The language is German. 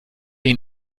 ihn